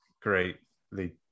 greatly